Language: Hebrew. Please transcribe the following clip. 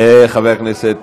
אז אני עושה הכול בסוף נקי.